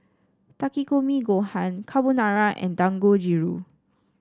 Takikomi Gohan Carbonara and Dangojiru